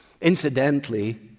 Incidentally